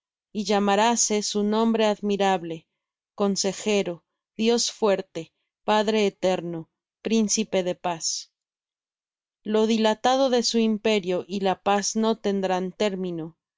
y llamaráse su nombre admirable consejero dios fuerte padre eterno príncipe de paz lo dilatado de su imperio y la paz no tendrán término